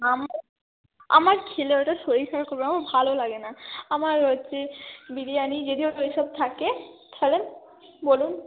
আমার আমার খেলে ওটা শরীর খারাপ করবে আমার ভালো লাগে না আমার হচ্ছে বিরিয়ানি যদি ওই সব থাকে তাহলে বলুন